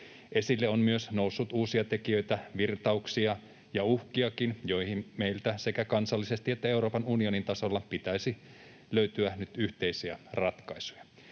Esille on myös noussut uusia tekijöitä, virtauksia ja uhkiakin, joihin meiltä sekä kansallisesti että Euroopan unionin tasolla pitäisi löytyä nyt yhteisiä ratkaisuja.